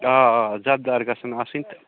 آ آ زَبہِ دار گژھن آسٕنۍ تہٕ